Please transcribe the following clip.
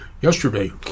yesterday